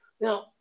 Now